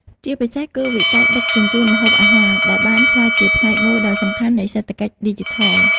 ជាពិសេសគឺវិស័យដឹកជញ្ជូនម្ហូបអាហារ ដែលបានក្លាយជាផ្នែកមួយដ៏សំខាន់នៃសេដ្ឋកិច្ចឌីជីថល។